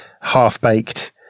half-baked